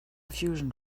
fusion